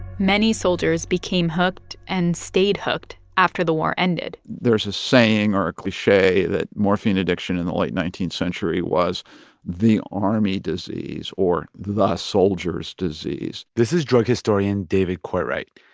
many soldiers became hooked and stayed hooked after the war ended there's a saying or a cliche that morphine addiction in the late nineteenth century was the army disease or the soldier's disease this is drug historian david courtwright.